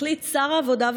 החליט שר העבודה,